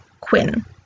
quinn